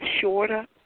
Shorter